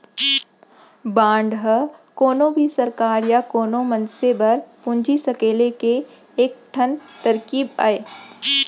bond ह कोनो भी सरकार या कोनो मनसे बर पूंजी सकेले के एक ठन तरकीब अय